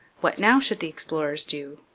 what now should the explorers do?